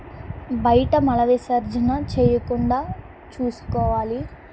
బయట మల విసర్జన చెయ్యకుండా చూసుకోవాలి